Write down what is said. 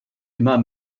immer